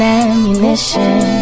ammunition